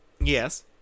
yes